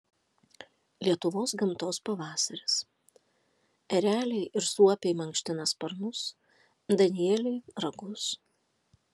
lietuvos gamtos pavasaris ereliai ir suopiai mankština sparnus danieliai ragus